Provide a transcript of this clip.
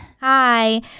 Hi